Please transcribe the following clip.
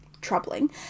troubling